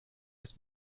ist